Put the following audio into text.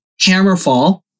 Hammerfall